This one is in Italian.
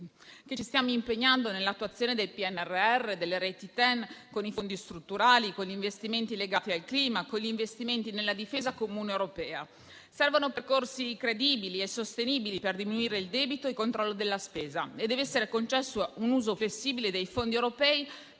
ci stiamo impegnando nell'attuazione del PNRR e delle reti TEN, con i fondi strutturali e con gli investimenti legati al clima e nella difesa comune europea. Servono percorsi credibili e sostenibili, per diminuire il debito e controllare la spesa, e dev'essere concesso un uso flessibile dei fondi europei per